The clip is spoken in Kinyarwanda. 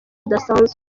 budasanzwe